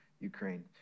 Ukraine